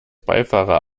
beifahrer